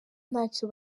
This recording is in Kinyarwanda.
ntacyo